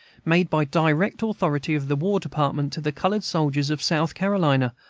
made by direct authority of the war department to the colored soldiers of south carolina,